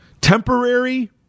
temporary